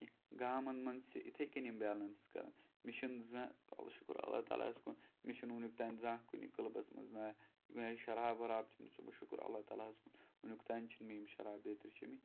گامن منٛز چھِ یِتھٕے کٔنۍ یِم بیلَنٕس کران مےٚ چھُ نہٕ زانٛہہ شُکُر اللہ تعالیٰ ہس کُن مےٚ چھُ نہٕ وُنیُک تام زانٛہہ کُنہِ کٕلبس منٛز شراب وَراب چھُم نہٕ چیومُت شُکُر اللہ تعالیٰ ہس کُن وُنیُک تام چھِ نہٕ مےٚ یِم شراب بیترِ چیمتۍ کینٛہہ